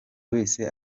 wese